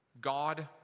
God